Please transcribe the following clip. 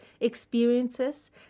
experiences